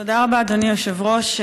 תודה רבה, אדוני היושב-ראש.